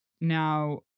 Now